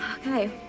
Okay